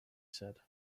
said